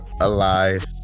Alive